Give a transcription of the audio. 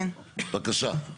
בבקשה.